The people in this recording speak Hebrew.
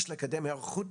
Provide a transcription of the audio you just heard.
יש לקדם היערכות